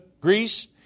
Greece